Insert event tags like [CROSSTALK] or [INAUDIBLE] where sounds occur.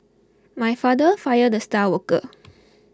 my father fired the star worker [NOISE]